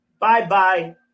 bye-bye